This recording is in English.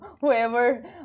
whoever